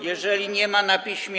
Jeżeli nie ma na piśmie.